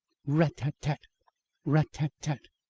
rat-tat-tat rat-tat-tat.